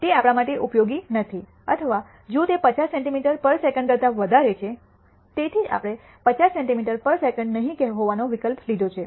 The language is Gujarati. તે આપણા માટે ઉપયોગી નથી અથવા જો તે 50 સેન્ટિમીટર પર સેકન્ડ કરતા વધારે છે તેથી જ આપણે 50 સેન્ટિમીટર પર સેકન્ડ નહીં હોવાનો વિકલ્પ લીધો છે